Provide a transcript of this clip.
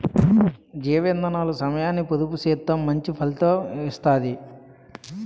జీవ ఇందనాలు సమయాన్ని పొదుపు సేత్తూ మంచి ఫలితం ఇత్తది